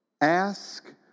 Ask